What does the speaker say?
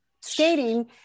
skating